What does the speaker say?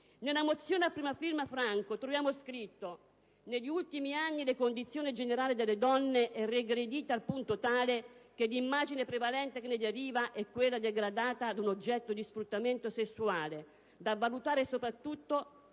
Nella mozione n. 226, a prima firma Franco Vittoria troviamo scritto che «negli ultimi anni la condizione generale delle donne è regredita al punto tale che l'immagine prevalente che ne deriva è quella degradata ad un oggetto di sfruttamento sessuale da valutare soprattutto